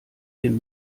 den